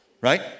right